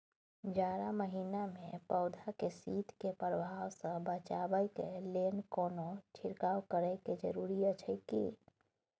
जारा महिना मे पौधा के शीत के प्रभाव सॅ बचाबय के लेल कोनो छिरकाव करय के जरूरी अछि की?